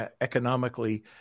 economically